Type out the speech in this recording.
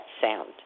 sound